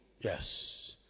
Yes